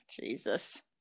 Jesus